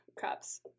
cups